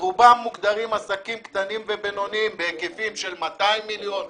רובם מוגדרים עסקים קטנים ובינוניים בהיקפים של 200 מיליון שקלים,